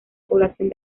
población